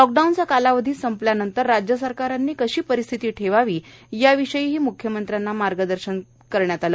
लॉकडाऊनचा कालावधी संपल्यानंतर राज्य सरकारांनी कशी परिस्थिती ठेवावी याविषयीही म्ख्यमंत्र्यांनी मार्गदर्शन मागितले